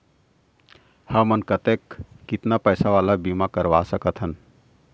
हमन कतेक कितना पैसा वाला बीमा करवा सकथन?